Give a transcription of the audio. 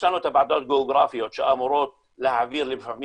יש לנו את הוועדות הגיאוגרפיות שאמורות להעביר לפעמים